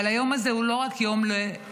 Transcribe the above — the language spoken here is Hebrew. אבל היום הזה הוא לא רק יום תודה.